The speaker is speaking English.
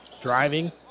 driving